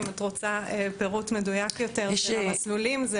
אם את רוצה פירוט מדויק יותר של המסלולים.